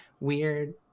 weird